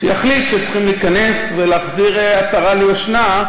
ויחליט שצריכים להיכנס ולהחזיר עטרה ליושנה,